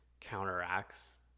counteracts